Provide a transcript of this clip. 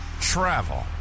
travel